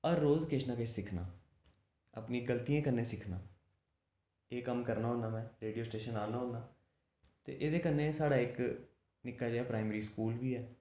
हर रोज किश न किश सिक्खना अपनियें गल्तियें कन्नै सिक्खना एह् कम्म करना होन्नां में रोडियो स्टेशन आहना होन्नां ते एह्दे कन्नै साढ़ा इक निक्का जेहा प्राइमरी स्कूल बी ऐ